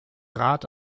rat